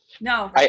No